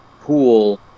pool